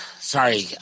sorry